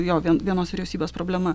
jo vien vienos vyriausybės problema